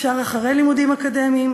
אפשר אחרי לימודים אקדמיים,